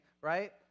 right